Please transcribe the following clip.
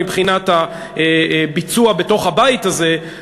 מבחינת הביצוע בתוך הבית הזה,